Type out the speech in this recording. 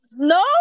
No